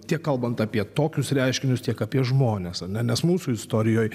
tiek kalbant apie tokius reiškinius tiek apie žmones ar ne nes mūsų istorijoj